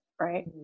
right